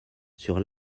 sur